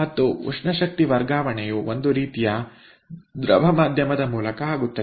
ಮತ್ತು ಉಷ್ಣಶಕ್ತಿ ವರ್ಗಾವಣೆಯು ಒಂದು ರೀತಿಯ ದ್ರವ ಮಾಧ್ಯಮದ ಮೂಲಕ ಆಗುತ್ತದೆ